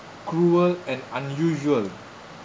cruel and unusual